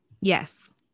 Yes